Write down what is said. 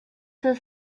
was